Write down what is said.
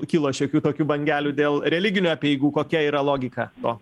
kilo šiokių tokių bangelių dėl religinių apeigų kokia yra logika to